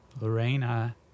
Lorena